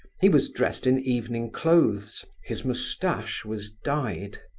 he was dressed in evening clothes his moustache was dyed.